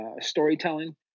storytelling